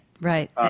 right